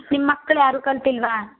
ನಿಮ್ಮ ಮಕ್ಕಳು ಯಾರೂ ಕಲ್ತಿಲ್ವಾ